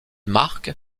marque